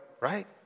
right